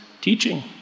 teaching